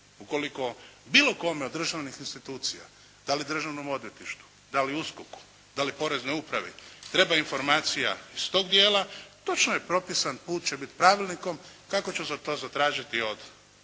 Ukoliko bilo kome od državnih institucija, da li državnom odvjetništvu, da li USKOK-u, da li poreznoj upravi, treba informacija iz tog dijela točno je propisan put će biti pravilnikom kako će za to zatražiti od